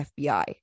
FBI